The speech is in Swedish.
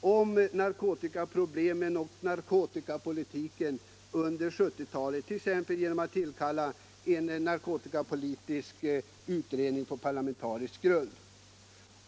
om narkotikaproblem och narko = narkotikamissbrutikapolitik under 1970-talet, t.ex. genom att tillkalla en narkotikapolitisk — ket utredning på parlamentarisk grund.